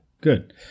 Good